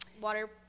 water